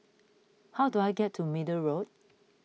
how do I get to Middle Road